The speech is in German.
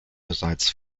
bereits